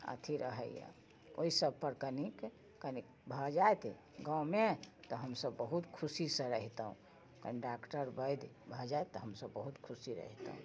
अथी रहैए ओइ सबपर कनिक कनिक भऽ जाइत गाँवमे तऽ हमसब बहुत खुशीसँ रहितहुँ कनी डॉक्टर वैद्य भऽ जाइत तऽ हमसब बहुत खुशी रहितहुँ